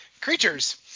creatures